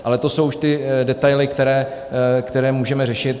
Ale to jsou už ty detaily, které můžeme řešit.